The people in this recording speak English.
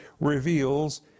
reveals